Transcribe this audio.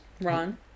Ron